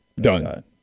Done